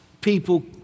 People